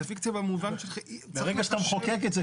זה פיקציה במובן --- ברגע שאתה מחוקק את זה,